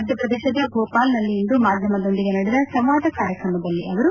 ಮಧ್ಯಪ್ರದೇಶದ ಭೋಪಾಲ್ನಲ್ಲಿಂದು ಮಾಧ್ಯಮದೊಂದಿಗೆ ನಡೆದ ಸಂವಾದ ಕಾರ್ಯಕ್ರಮದಲ್ಲಿ ಅವರು